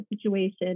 situation